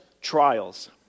trials